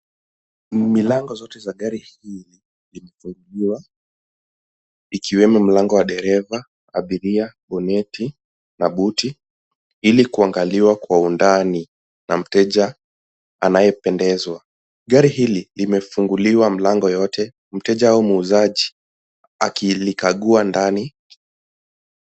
Milango zote za gari hili imefunguliwa, ikiwemo mlango wa dereva, abiria, boneti na buti ili kuangaliwa kwa undani na mteja anayependezwa. Gari hili limefunguliwa milango yote, mteja au muuzaji akilikagua ndani.